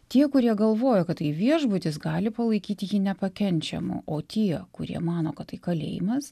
tie kurie galvoja kad tai viešbutis gali palaikyt jį nepakenčiamu o tie kurie mano kad tai kalėjimas